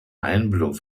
einbildung